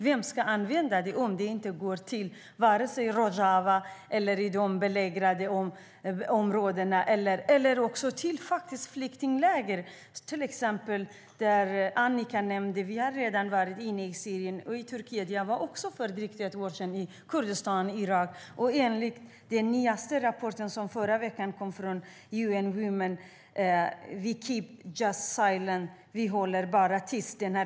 Vem ska använda det om det inte går till Rojava, till de belägrade områdena eller till flyktingläger, exempelvis dem som Annika nämnde? Vi har redan varit i Syrien och i Turkiet. Jag var också för drygt ett år sedan i Kurdistan och Irak. UN Womens nyaste rapport från förra veckan heter 'We just keep silent' - vi håller bara tyst.